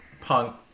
punk